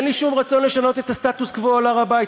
אין לי שום רצון לשנות את הסטטוס-קוו בהר-הבית.